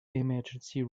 emergency